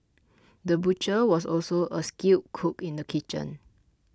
the butcher was also a skilled cook in the kitchen